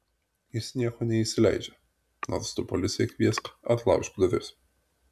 jis nieko neįsileidžia nors tu policiją kviesk ar laužk duris